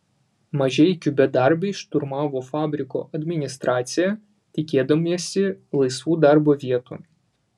mažeikių bedarbiai šturmavo fabriko administraciją tikėdamiesi laisvų darbo vietų